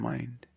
Mind